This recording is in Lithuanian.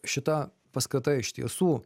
šitą paskata iš tiesų